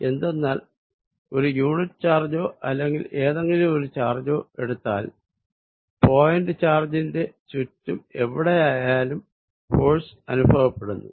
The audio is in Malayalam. എന്തെന്നാൽ ഒരു യൂണിറ്റ് ചാർജോ അല്ലെങ്കിൽ ഏതെങ്കിലും ഒരു ചാർജോ എടുത്താൽ പോയിന്റ് ചാർജിന്റെ ചുറ്റും എവിടെയായാലും ഫോഴ്സ് അനുഭവപ്പെടുന്നു